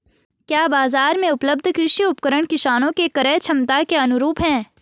क्या बाजार में उपलब्ध कृषि उपकरण किसानों के क्रयक्षमता के अनुरूप हैं?